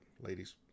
ladies